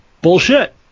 Bullshit